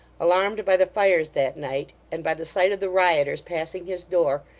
alarmed by the fires that night, and by the sight of the rioters passing his door,